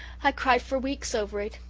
i cried for weeks over it.